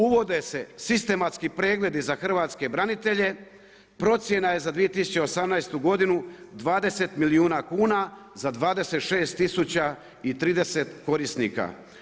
Uvode se sistematski pregledi za hrvatske branitelje, procjena je za 2018. godinu 20 milijuna kuna za 26.030 korisnika.